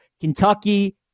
Kentucky